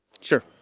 Sure